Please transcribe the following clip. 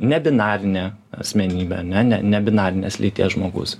nebinarinė asmenybė ne nebinarinės lyties žmogus